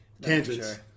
tangents